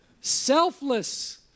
Selfless